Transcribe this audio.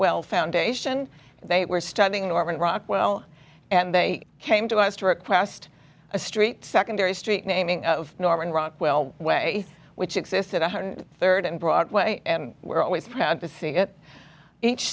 rockwell foundation they were studying norman rockwell and they came to us to request a street secondary street naming of norman rockwell way which existed one hundred third and broadway and were always proud to see it each